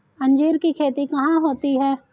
अंजीर की खेती कहाँ होती है?